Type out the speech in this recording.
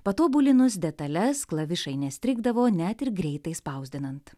patobulinus detales klavišai nestrigdavo net ir greitai spausdinant